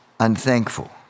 Unthankful